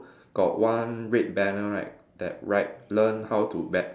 got one red banner right that write learn how to bet